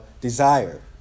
desire